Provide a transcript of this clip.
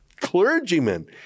clergymen